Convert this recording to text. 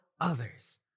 others